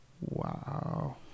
Wow